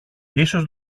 ίσως